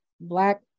black